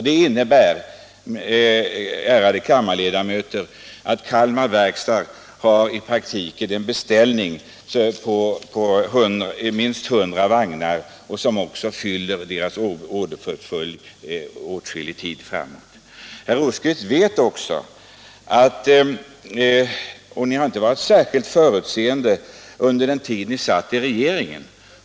Detta innebär, ärade kammarledamöter, att Kalmar Verkstads AB i praktiken har en beställning på minst 100 vagnar, vilket som sagt fyller företagets orderportfölj för lång tid framöver. Socialdemokraterna var inte särskilt förutseende under den tid de hade regeringsmakten.